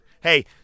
Hey